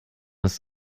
ist